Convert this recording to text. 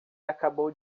acabou